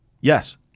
Yes